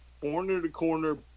corner-to-corner